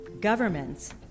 governments